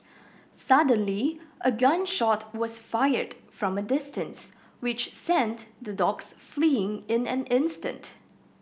suddenly a gun shot was fired from distance which sent the dogs fleeing in an instant